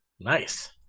Nice